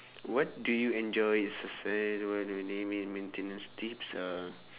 what do you enjoy maintenance tips uh